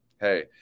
hey